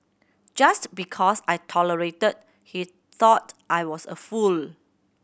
just because I tolerated he thought I was a fool